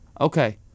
Okay